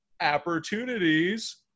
opportunities